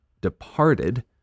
departed